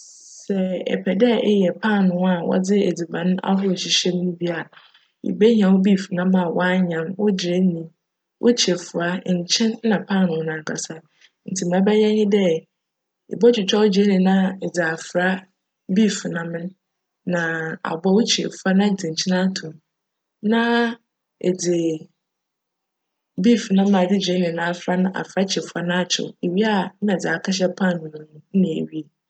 Sj epj dj eyj paanoo a wcdze edziban ahorow hyehye mu no bi a, ibehia wo "beef" nam a wcanyam, gyeene, wo kyirefuwa, nkyen, nna paanoo nankasa. Ntsi ma ebjyj nye dj, ibotwitwa wo gyeene no na edze afora "beef" nam no na abc wo kyirefuwa na edze nkyen ato mu na edze "beef" nam a edze gyeene no afora no afora kyirefuwa no akyew, ewia nna edze akjhyj paanoo no mu nna ewie.